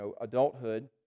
adulthood